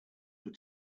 were